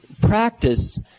practice